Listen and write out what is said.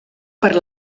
per